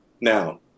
Now